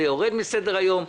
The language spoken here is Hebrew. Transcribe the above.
זה יורד מסדר היום,